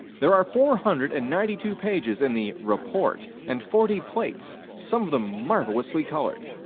there are four hundred and ninety two pages in the report, and forty plates, some of them marvelously colored.